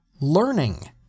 learning